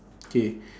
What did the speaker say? K